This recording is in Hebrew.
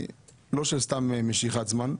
לא סתם של משיכת זמן,